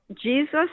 Jesus